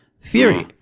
theory